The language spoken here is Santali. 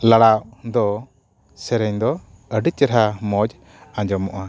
ᱞᱟᱲᱟᱣ ᱫᱚ ᱥᱮᱨᱮᱧ ᱫᱚ ᱟᱹᱰᱤ ᱪᱮᱨᱦᱟ ᱢᱚᱡᱽ ᱟᱸᱡᱚᱢᱚᱜᱼᱟ